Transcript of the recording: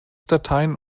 dateien